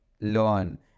learn